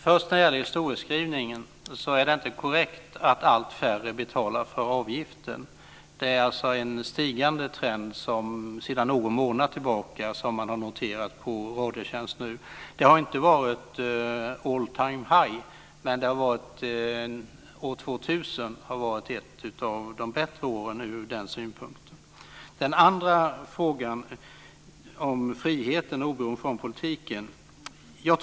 Fru talman! När det först gäller historieskrivningen är det inte korrekt att allt färre betalar avgiften. Radiotjänst har sedan någon månad tillbaka noterat en stigande trend. Det har inte varit all time high, men år 2000 har varit ett av de bättre åren ur den synpunkten. Den andra frågan gäller friheten och oberoendet från politiken.